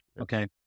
okay